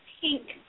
pink